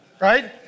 right